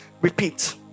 repeat